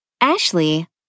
Ashley